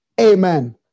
Amen